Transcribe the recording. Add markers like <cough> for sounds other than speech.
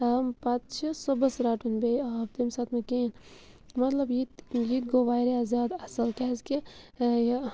<unintelligible> پَتہٕ چھُ صُبحَس رَٹُن بیٚیہِ آب تمہِ ساتہٕ نہٕ کِہیٖنۍ مَطلَب یہِ تہِ ییٚتہِ گوٚو واریاہ زیادٕ اصل کیاز کہِ یہِ